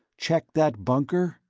check that bunker?